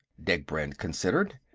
degbrend considered.